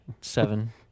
seven